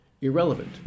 irrelevant